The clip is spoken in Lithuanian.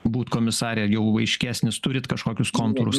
būt komisare jau aiškesnis turit kažkokius kontūrus